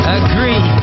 agree